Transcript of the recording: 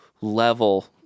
level